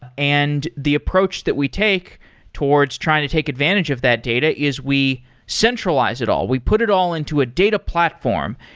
and the approach that we take towards trying to take advantage of that data is we centralize it all. we put it all into a data platform,